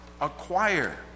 acquire